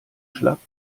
schlapp